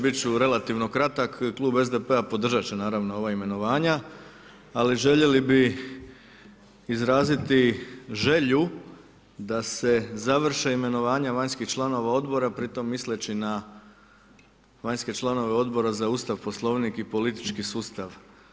Bit ću relativno kratak, klub SDP-a podržat će naravno ova imenovanja, ali željeli bi izraziti želju da se završe imenovanja vanjskih članova odbora pritom misleći na vanjske članove Odbora za Ustav, Poslovnik i politički sustav.